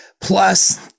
plus